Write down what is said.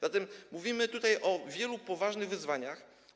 Zatem mówimy o wielu poważnych wyzwaniach.